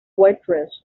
waitress